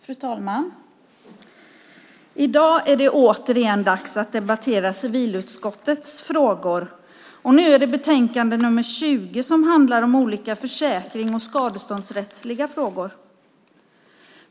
Fru talman! I dag är det återigen dags att debattera civilutskottets frågor. Betänkande nr 20 handlar om olika försäkrings och skadeståndsrättsliga frågor.